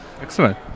Excellent